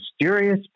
mysterious